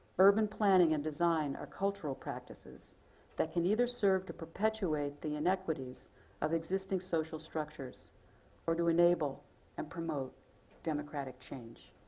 urban planning and design are cultural practices that can either serve to perpetuate the inequities of existing social structures or to enable and promote democratic change.